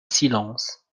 silence